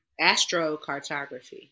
Astrocartography